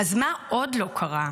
אז מה עוד לא קרה?